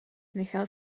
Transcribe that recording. nechal